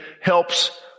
helps